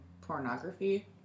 pornography